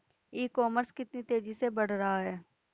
ई commerce कितनी तेजी से बढ़ रहा है?